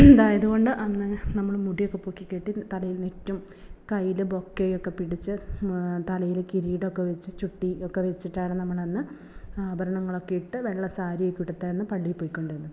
അതായത് കൊണ്ട് അന്ന് നമ്മൾ മുടിയൊക്കെ പൊക്കി കെട്ടി തലയിൽ നെറ്റും കയ്യിൽ ബൊക്കയൊക്കെ പിടിച്ച് തലയിൽ കിരീടമൊക്കെ വച്ച് ചുട്ടിയൊക്കെ വച്ചിട്ടാണ് നമ്മൾ അന്ന് ആഭരണങ്ങളൊക്കെ ഇട്ട് വെള്ള സാരിയൊക്കെ ഉടുത്താണ് പള്ളിയിൽ പോയി കൊണ്ടിരുന്നത്